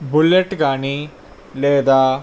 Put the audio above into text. bullet కానీ లేదా